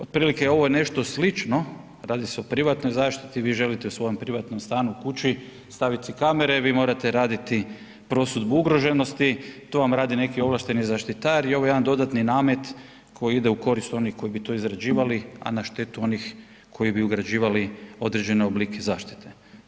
Otprilike ovo je nešto slično, radi se o privatnoj zaštiti, vi želite u svojem privatnom stanu, kući stavit si kamere, vi morate raditi prosudbu ugroženosti, to vam radi neki ovlašteni zaštitar i ovo je jedan dodatan namet koji ide u korist onih koji bi to izrađivali, a na štetu onih koji bi ugrađivali određene oblike zaštite.